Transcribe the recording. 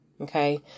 Okay